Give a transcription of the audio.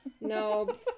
No